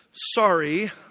Sorry